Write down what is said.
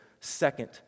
second